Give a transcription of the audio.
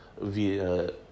via